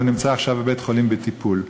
הוא נמצא עכשיו בבית-חולים, בטיפול.